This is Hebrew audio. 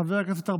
חבר הכנסת אייכלר,